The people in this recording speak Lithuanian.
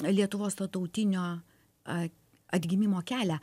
lietuvos to tautinio a atgimimo kelią